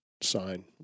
sign